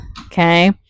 Okay